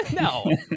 No